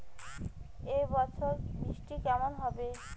এবছর বৃষ্টি কেমন হবে?